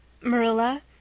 Marilla